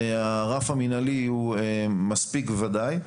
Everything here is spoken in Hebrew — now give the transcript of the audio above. הרף המנהלי הוא מספיק וודאי,